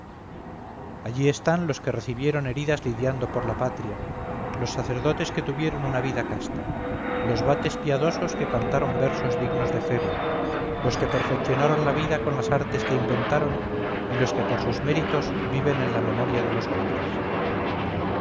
allí están los que recibieron heridas lidiando por la patria los sacerdotes que tuvieron una vida casta los vates piadosos que cantaron versos dignos de febo los que perfeccionaron la vida con las artes que inventaron y los que por sus méritos viven en la memoria de los hombres